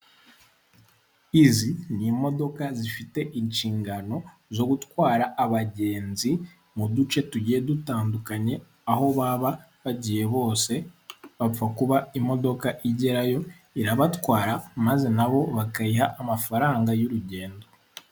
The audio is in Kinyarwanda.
Izi ni imodoka zifite inshingano zo gutwara abagenzi mu duce tugiye dutandukanye, aho baba bagiye hose bapfa kuba imodoka igerayo irabatwara maze nabo bakayiha amafaranga y'urugendo.